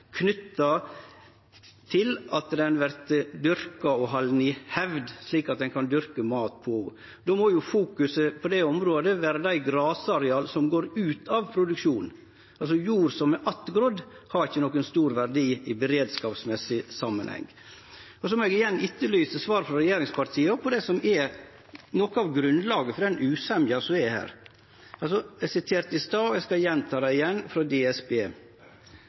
til at ho vert dyrka og halden i hevd, slik at ein kan dyrke mat på ho. Då må ein på det området fokusere på dei grasareala som går ut av produksjon. Jord som er attgrodd, har ikkje nokon stor verdi i beredskapssamanheng. Eg må igjen etterlyse svar frå regjeringspartia om det som er noko av grunnlaget for den usemja som er her. Eg siterte frå Direktoratet for samfunnssikkerhet og beredskap, DSB, i stad og skal gjenta det: